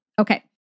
Okay